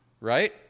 right